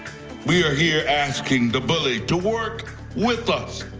we are here asking the bully to work with us.